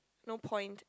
no point